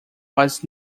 was